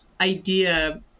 idea